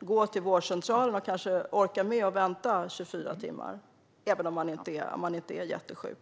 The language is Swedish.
gå till vårdcentralen och som orkar med att vänta 24 timmar även om de inte är jättesjuka.